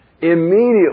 immediately